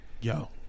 Yo